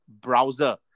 browser